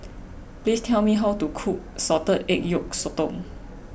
please tell me how to cook Salted Egg Yolk Sotong